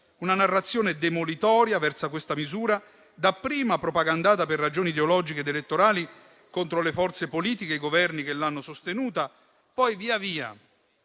una narrazione demolitoria verso questa misura, dapprima propagandata per ragioni ideologiche ed elettorali contro le forze politiche e i Governi che l'hanno sostenuta; poi via via